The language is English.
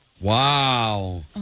Wow